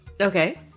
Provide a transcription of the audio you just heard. Okay